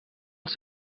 els